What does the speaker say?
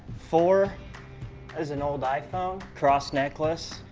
four has an old iphone, cross necklace.